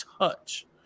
touch